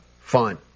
fun